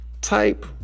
Type